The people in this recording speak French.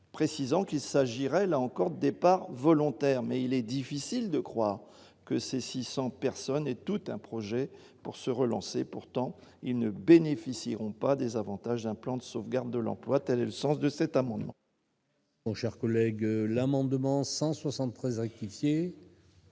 précisant qu'il s'agirait là encore départs volontaires, mais il est difficile de croire que ces 600 personnes et tout un projet pour se relancer, pourtant ils ne bénéficieront pas des avantages d'un plan de sauvegarde de l'emploi, telle est le sens de cet amendement.